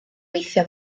weithio